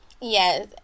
Yes